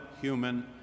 human